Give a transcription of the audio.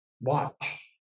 watch